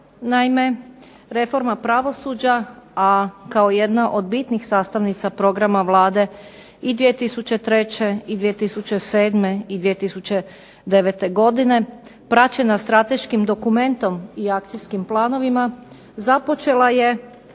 Naime, reforma pravosuđa, a kao jedna od bitnih sastavnica programa Vlade i 2003. i 2007. i 2009. godine praćena strateškim dokumentom i akcijskim planovima započela je